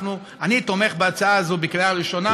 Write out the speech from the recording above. אני תומך בהצעה הזאת בקריאה ראשונה,